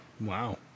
Wow